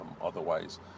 otherwise